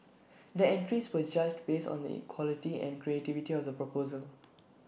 the entries were judged based on the quality and creativity of the proposal